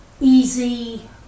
easy